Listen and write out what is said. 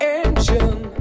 engine